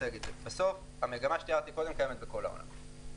בסוף המגמה שתיארתי קודם של ירידת התעשייה קיימת בכל העולם.